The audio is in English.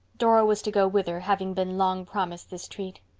dora was to go with her, having been long promised this treat.